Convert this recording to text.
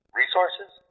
resources